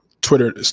Twitter